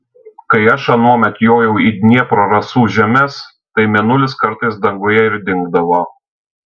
kai aš anuomet jojau į dniepro rasų žemes tai mėnulis kartais danguje ir dingdavo